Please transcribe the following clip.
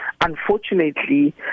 unfortunately